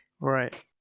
Right